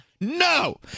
No